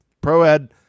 Pro-Ed